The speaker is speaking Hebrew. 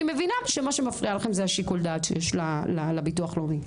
אני מבינה שמה שמפריע לכם זה השיקול דעת שיש לביטוח הלאומי,